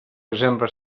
exemple